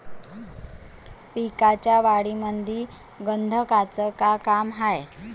पिकाच्या वाढीमंदी गंधकाचं का काम हाये?